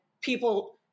people